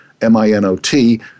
M-I-N-O-T